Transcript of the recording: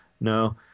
No